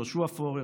יהושע פורר,